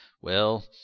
Well